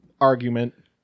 argument